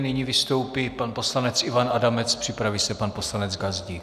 Nyní vystoupí pan poslanec Ivan Adamec, připraví se pan poslanec Gazdík.